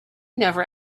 never